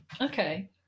Okay